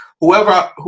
whoever